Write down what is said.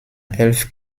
elf